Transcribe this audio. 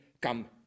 come